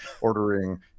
ordering